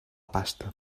pasta